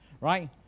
Right